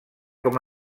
com